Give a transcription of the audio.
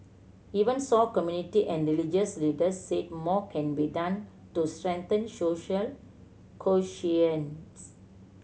even so community and religious leaders said more can be done to strengthen social